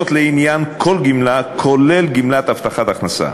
זה לעניין כל גמלה, כולל גמלת הבטחת הכנסה.